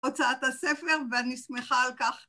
‫הוצאת הספר, ואני שמחה על כך.